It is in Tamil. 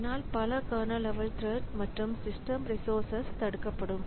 அதனால் பல கர்னல் லெவல் த்ரெட் மற்றும் சிஸ்டம் ரிசோர்சஸ் தடுக்கப்படும்